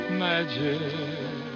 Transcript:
magic